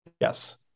Yes